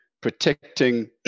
protecting